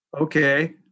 Okay